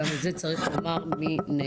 גם את זה צריך לומר מנגד.